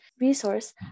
resource